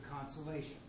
consolation